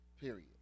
Period